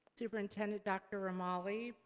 superintendent dr. romali,